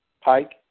Pike